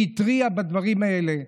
שהתריעה על הדברים האלה.